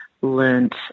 learnt